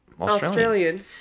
Australian